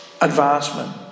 advancement